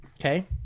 okay